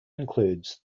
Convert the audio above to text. includes